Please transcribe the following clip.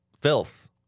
filth